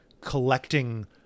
collecting